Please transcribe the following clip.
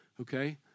Okay